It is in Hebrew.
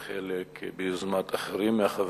וחלק ביוזמת אחרים מהחברים.